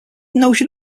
notion